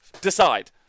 decide